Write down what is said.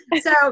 So-